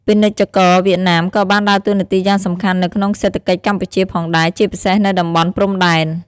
ពាណិជ្ជករវៀតណាមក៏បានដើរតួនាទីយ៉ាងសំខាន់នៅក្នុងសេដ្ឋកិច្ចកម្ពុជាផងដែរ ជាពិសេសនៅតំបន់ព្រំដែន។